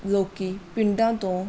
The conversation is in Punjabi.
ਲੋਕ ਪਿੰਡਾਂ ਤੋਂ